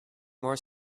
more